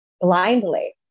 Blindly